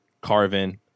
Carvin